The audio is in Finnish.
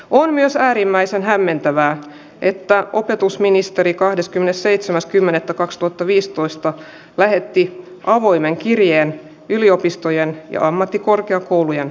o myös äärimmäisen hämmentävää että opetusministeri kahdeskymmenesseitsemäs kymmenettä kaksituhattaviisitoista lähetti avoimen kirjeen yliopistojen ja ammattikorkeakouluja